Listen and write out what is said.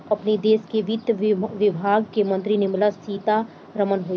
अपनी देस के वित्त विभाग के मंत्री निर्मला सीता रमण हई